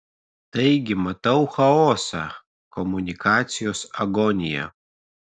taigi matau chaosą komunikacijos agoniją